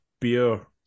beer